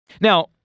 Now